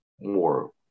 more